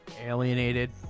Alienated